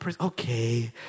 okay